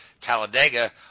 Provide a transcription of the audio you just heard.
Talladega